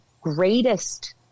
greatest